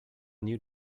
new